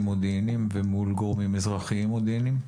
מודיעיניים ומול גורמים אזרחיים מודיעיניים?